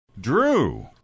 Drew